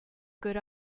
good